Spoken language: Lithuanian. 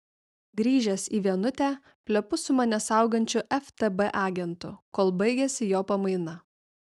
grįžęs į vienutę plepu su mane saugančiu ftb agentu kol baigiasi jo pamaina